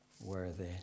worthy